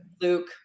Luke